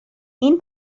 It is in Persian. این